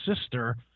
Sister